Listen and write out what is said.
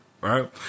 right